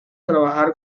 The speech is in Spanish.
trabajar